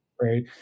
right